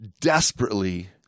desperately